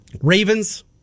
Ravens